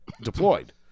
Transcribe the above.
deployed